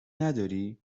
نداری